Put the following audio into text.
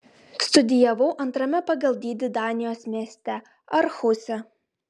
studijavau antrame pagal dydį danijos mieste aarhuse